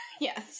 Yes